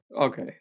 Okay